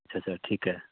ਅੱਛਾ ਅੱਛਾ ਠੀਕ ਹੈ